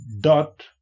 dot